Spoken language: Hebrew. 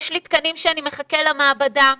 יש לי תקנים שאני מחכה למעבדה,